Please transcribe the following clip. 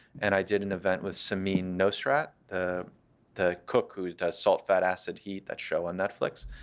and i did an event with samin nosrat, the the cook who does salt, fat, acid, heat, that show on netflix.